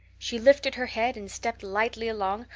she lifted her head and stepped lightly along,